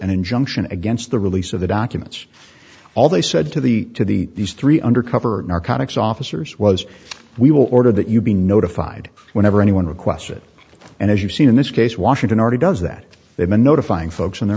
an injunction against the release of the documents all they said to the to the these three undercover narcotics officers was we will order that you be notified whenever anyone requests it and as you've seen in this case washington already does that they've been notifying folks in their